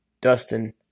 Dustin